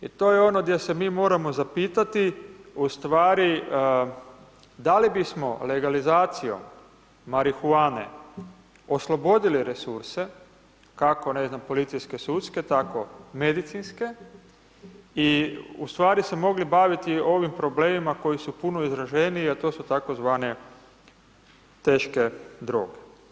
I to je ono gdje se mi moramo zapitati, ustvari da li bismo legalizacijom marihuane oslobodili resurse kako ne znam policijske, sudske, tako medicinske i ustvari se mogli baviti ovim problemima koji su puno izraženiji, a to su tzv. teške droge.